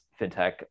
fintech